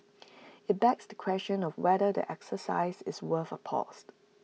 IT begs the question of whether the exercise is worth A paused